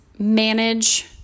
manage